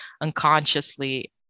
unconsciously